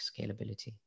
scalability